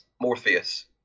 Morpheus